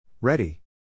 Ready